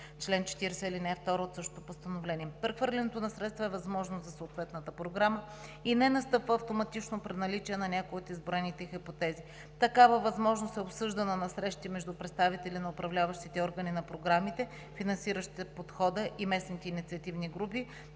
чл. 40, ал. 2 от същото постановление. Прехвърлянето на средства е възможност за съответната програма и не настъпва автоматично при наличие на някои от изброените хипотези. Такава възможност е обсъждана на срещи между представители на управляващите органи на програмите, финансиращи Подхода и местните инициативни групи,